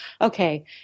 okay